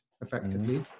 effectively